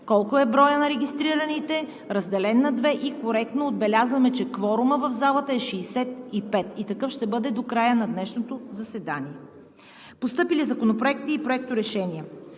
колко е броят на регистрираните, разделен на две, и коректно отбелязваме, че кворумът в залата е 65 и такъв ще бъде до края на днешното заседание. Постъпили законопроекти и проекторешения